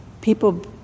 people